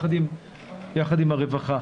יחד עם הרווחה.